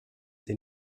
sie